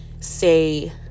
say